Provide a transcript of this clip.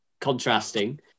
contrasting